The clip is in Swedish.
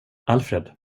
alfred